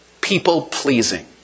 people-pleasing